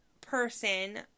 person